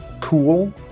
cool